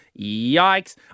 Yikes